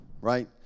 right